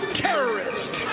terrorist